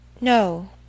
No